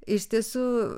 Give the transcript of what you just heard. iš tiesų